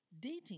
dating